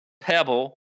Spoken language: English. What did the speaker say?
Pebble